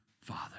father